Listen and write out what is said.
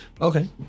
Okay